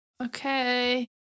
Okay